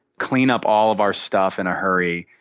clean up all of our stuff in a hurry,